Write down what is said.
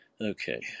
Okay